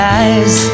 eyes